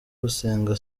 gusenga